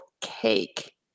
cake